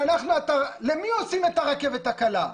למי עושים את הרכבת הקלה?